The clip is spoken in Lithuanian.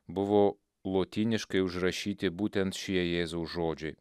buvo lotyniškai užrašyti būtent šie jėzaus žodžiai